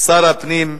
הפנים,